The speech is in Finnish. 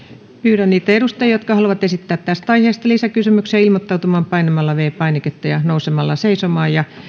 pyydän niitä edustajia jotka haluavat esittää tästä aiheesta lisäkysymyksiä ilmoittautumaan painamalla viides painiketta ja nousemalla seisomaan